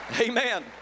Amen